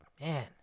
man